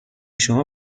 شما